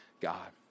God